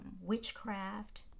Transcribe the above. witchcraft